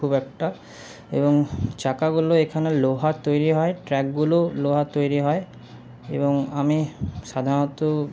খুব একটা এবং চাকাগুলো এখানে লোহার তৈরি হয় ট্র্যাকগুলোও লোহার তৈরি হয় এবং আমি সাধারণত